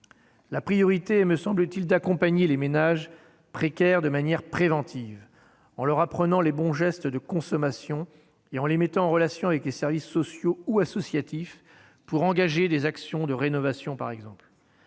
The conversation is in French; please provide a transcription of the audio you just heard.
la priorité est d'accompagner les ménages précaires de manière préventive, en leur apprenant les bons gestes de consommation et en les mettant en relation avec les services sociaux ou associatifs pour engager des actions de rénovation, par exemple.